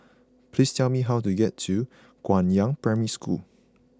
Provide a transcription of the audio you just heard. please tell me how to get to Guangyang Primary School